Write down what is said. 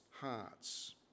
hearts